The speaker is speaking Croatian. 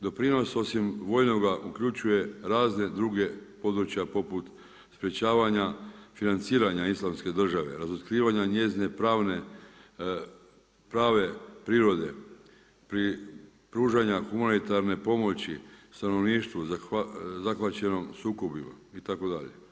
Doprinos osim vojnoga uključuje razna druga područja poput sprečavanja financiranja Islamske države, razotkrivanja njezine prave prirode, pružanja humanitarne pomoći stanovništvu zahvaćenom sukobima itd.